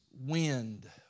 wind